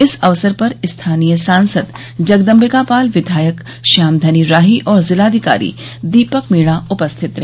इस अवसर पर स्थानीय सांसद जगदम्बिका पाल विधायक श्याम धनी राही और जिलाधिकारी दीपक मीणा उपस्थित रहे